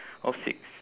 or six